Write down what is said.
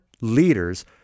leaders